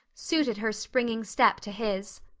suited her springing step to his.